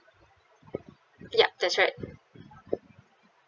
yup that's right